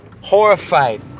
horrified